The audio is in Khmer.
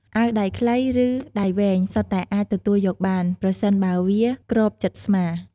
អាវដៃខ្លី ឬដៃវែងសុទ្ធតែអាចទទួលយកបាន ប្រសិនបើវាគ្របជិតស្មា។